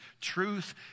Truth